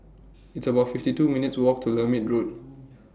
It's about fifty two minutes' Walk to Lermit Road